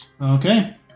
Okay